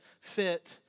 fit